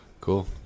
Cool